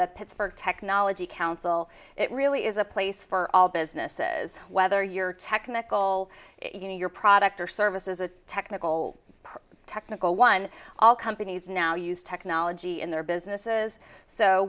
the pittsburgh technology council it really is a place for all businesses whether you're technical to your product or service is a technical technical one all companies now use technology in their businesses so